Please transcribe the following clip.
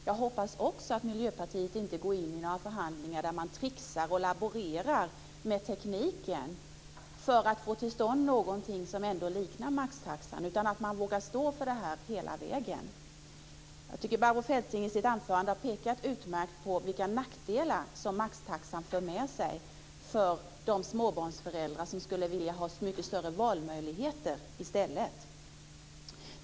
Jag hoppas också att Miljöpartiet inte går in i några förhandlingar där man tricksar och laborerar med tekniken för att få till stånd någoting som ändå liknar maxtaxan utan att man vågar stå för sin uppfattning hela vägen. Barbro Feltzing har i sitt anförande utmärkt pekat på vilka nackdelar som maxtaxan för med sig för de småbarnsföräldrar som skulle vilja ha mycket större valmöjligheter i stället.